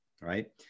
right